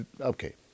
Okay